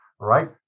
Right